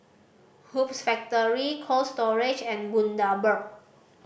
Hoops Factory Cold Storage and Bundaberg